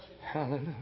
Hallelujah